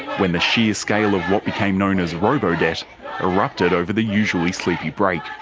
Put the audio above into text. when the sheer scale of what became known as robo-debt erupted over the usually sleepy break.